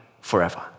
forever